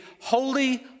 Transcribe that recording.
holy